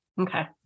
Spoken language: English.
Okay